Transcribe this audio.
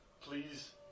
Please